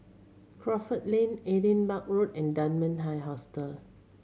Crawford Lane Edinburgh Road and Dunman High Hostel